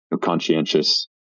conscientious